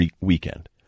weekend